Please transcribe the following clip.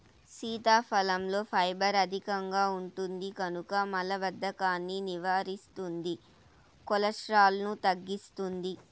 సీతాఫలంలో ఫైబర్ అధికంగా ఉంటుంది కనుక మలబద్ధకాన్ని నివారిస్తుంది, కొలెస్ట్రాల్ను తగ్గిస్తుంది